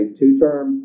two-term